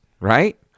right